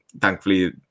thankfully